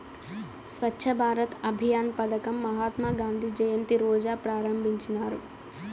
స్వచ్ఛ భారత్ అభియాన్ పదకం మహాత్మా గాంధీ జయంతి రోజా ప్రారంభించినారు